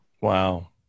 Wow